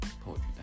poetry